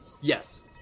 Yes